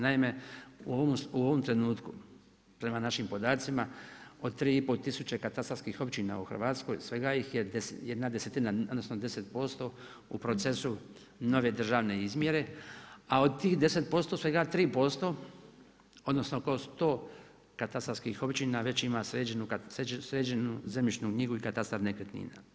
Naime u ovom trenutku prema našim podacima od 3,5 tisuće katastarskih općina u Hrvatskoj svega ih je jedna desetina odnosno 10% u procesu nove državne izmjere, a od tih 10% svega 3% odnosno oko 100 katastarskih općina već ima sređenu zemljišnu knjigu i katastar nekretnina.